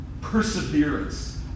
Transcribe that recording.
perseverance